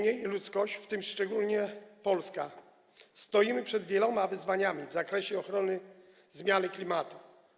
Niemniej ludzkość, w tym szczególnie Polska, stoi przed wieloma wyzwaniami w zakresie ochrony zmiany klimatu.